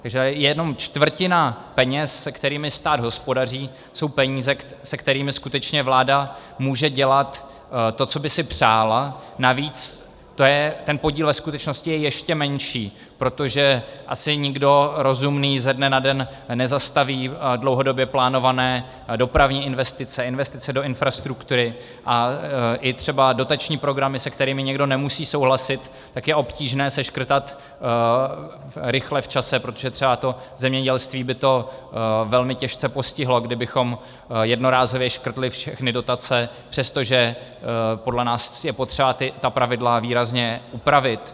Takže jenom čtvrtina peněz, se kterými stát hospodaří, jsou peníze, se kterými skutečně vláda může dělat to, co by si přála, navíc ten podíl ve skutečnosti je ještě menší, protože asi nikdo rozumný ze dne na den nezastaví dlouhodobě plánované dopravní investice, investice do infrastruktury, a i třeba dotační programy, se kterými někdo nemusí souhlasit, je obtížné seškrtat rychle v čase, protože třeba to zemědělství by to velmi těžce postihlo, kdybychom jednorázově škrtli všechny dotace, přestože podle nás je potřeba ta pravidla výrazně upravit.